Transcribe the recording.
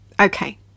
Okay